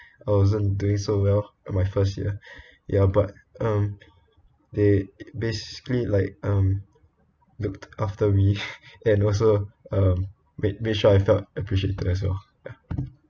I wasn't doing so well at my first years ya but um they basically like um looked after me and also um make make sure I felt appreciated as well